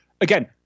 again